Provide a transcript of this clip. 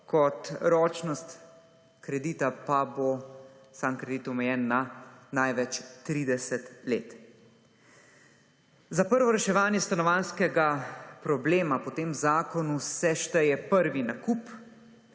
kot ročnost kredita pa bo sam kredit omejen na največ 30 let. Za prvo reševanje stanovanjskega problema po tem zakonu se šteje prvi nakup,